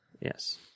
yes